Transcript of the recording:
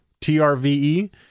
T-R-V-E